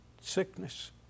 sickness